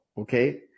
Okay